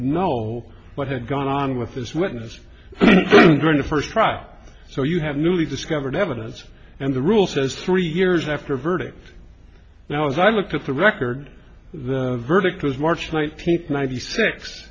know what had gone on with this witness during the first trial so you have newly discovered evidence and the rule says three years after a verdict now is i looked at the record the verdict was march ninth piece ninety six